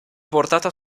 portata